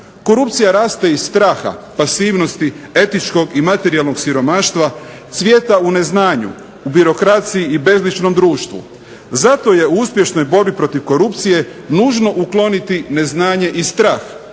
Korupcija raste iz straha, pasivnosti, etičkog i materijalnog siromaštva, cvjeta u neznanju, u birokraciji i bezličnom društvu. Zato je u uspješnoj borbi protiv korupcije nužno ukloniti neznanje i strah,